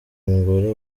mugore